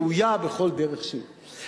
ראויה בכל דרך שהיא.